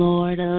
Lord